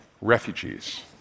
Refugees